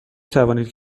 توانید